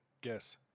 guess